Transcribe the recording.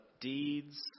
deeds